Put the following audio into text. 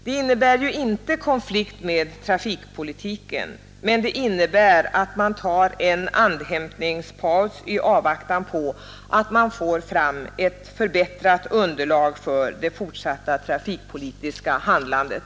Det innebär inte konflikt med trafikpolitiken, men det innebär att man tar en andhämtningspaus i avvaktan på att få fram ett förbättrat underlag för det fortsatta trafikpolitiska handlandet.